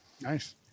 Nice